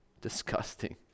Disgusting